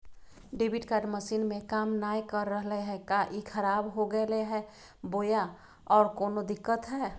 Debit card machine में काम नाय कर रहले है, का ई खराब हो गेलै है बोया औरों कोनो दिक्कत है?